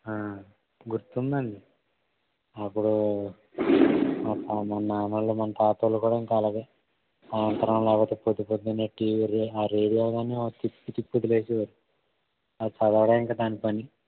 గుర్తుందండి అప్పుడు మన నాన్నోళ్లు మన తాతోళ్లు కూడా ఇంక అలాగే లేకపోతే పొద్దు పొద్దున్నే టీ ఆ రేడియో గాని తిప్పి తిప్పి వదిలేసేవారు చదవడమే ఇంక దాని పని